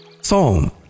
Psalm